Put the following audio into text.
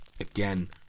again